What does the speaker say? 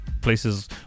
places